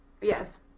Yes